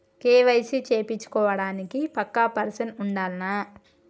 KYC చేపిచ్చుకోవడానికి పక్కా person ఉండాల్నా?